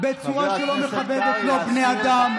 וגורם לכולכם לבוא ולהתנהל בצורה שלא מכבדת לא בני אדם,